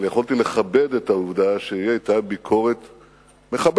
אבל יכולתי לכבד את העובדה שהיא היתה ביקורת מכבדת.